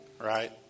Right